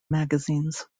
magazines